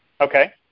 Okay